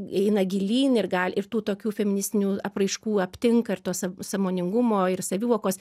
eina gilyn ir gali ir tų tokių feministinių apraiškų aptinka ir tos sąmoningumo ir savivokos